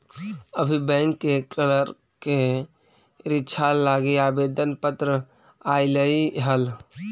अभी बैंक के क्लर्क के रीक्षा लागी आवेदन पत्र आएलई हल